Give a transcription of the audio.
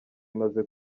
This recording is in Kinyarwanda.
imaze